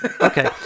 Okay